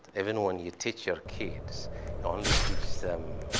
even when you teach your kids you only teach them,